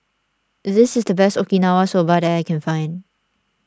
is this the best Okinawa Soba that I can find